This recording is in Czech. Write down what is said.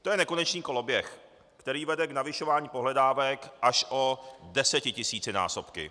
To je nekonečný koloběh, který vede k navyšování pohledávek až o desetitisícinásobky.